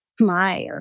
smile